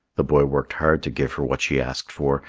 the boy worked hard to give her what she asked for,